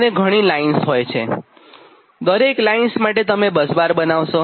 અને ઘણી લાઇન્સ હોય છે અને દરેક લાઇન્સ માટે તમે બસબાર બનાવશો